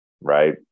Right